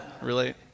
relate